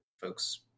folks